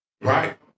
Right